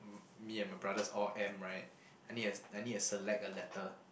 m~ me and my brothers all M right I need a I need a select a letter